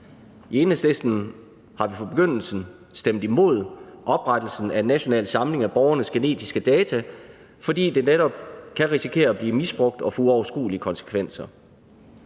I Enhedslisten har vi fra begyndelsen stemt imod oprettelsen af national samling af borgernes genetiske data, fordi det netop kan risikere at blive misbrugt og få uoverskuelige konsekvenser.